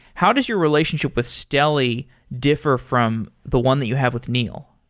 how does your relationship with steli differ from the one that you have with neil?